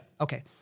Okay